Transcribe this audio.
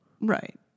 Right